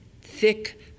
thick